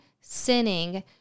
sinning